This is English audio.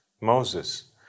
Moses